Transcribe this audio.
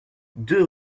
deux